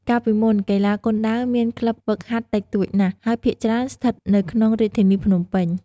កាលពីមុន កីឡាគុនដាវមានក្លិបហ្វឹកហាត់តិចតួចណាស់ ហើយភាគច្រើនស្ថិតនៅក្នុងរាជធានីភ្នំពេញ។